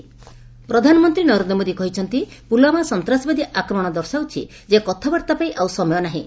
PM Argentina ପ୍ରଧାନମନ୍ତ୍ରୀ ନରେନ୍ଦ୍ର ମୋଦି କହିଛନ୍ତି' ପୁଲଓ୍ୱାମା ସନ୍ତାସବାଦୀ ଆକ୍ରମଣ ଦର୍ଶାଉଛି ଯେ କଥାବାର୍ତ୍ତା ପାଇଁ ଆଉ ସମୟ ନାହିଁ